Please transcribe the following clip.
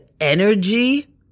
energy